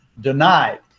denied